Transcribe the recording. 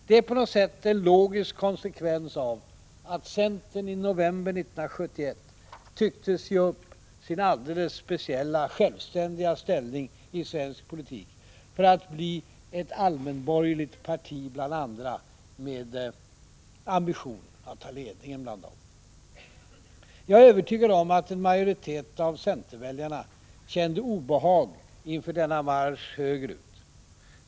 Det är på något sätt en logisk konsekvens av att centern i november 1971 tycktes ge upp sin alldeles speciella självständiga ställning i svensk politik för att bli ett allmänborgerligt parti bland andra med ambitionen att ta ledningen Jag är övertygad om att en majoritet av centerväljarna kände obehag inför denna marsch högerut.